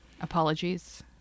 Apologies